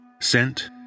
Sent